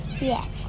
Yes